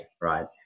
right